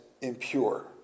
impure